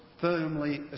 firmly